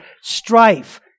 strife